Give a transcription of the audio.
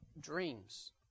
dreams